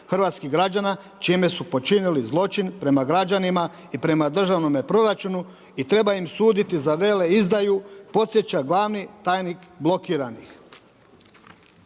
hrvatskih građana čime su počinili zločin prema građanima i prema državnome proračunu i treba im suditi za veleizdaju“, podsjeća glavni tajnik blokiranih.